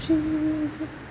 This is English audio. Jesus